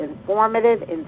informative